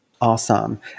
Awesome